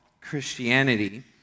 Christianity